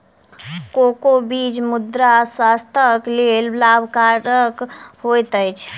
cocoa बीज गुर्दा स्वास्थ्यक लेल लाभकरक होइत अछि